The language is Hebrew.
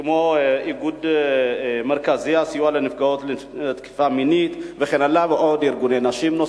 כמו איגוד מרכזי הסיוע לנפגעות תקיפה מינית וכן הלאה ועוד ארגוני נשים.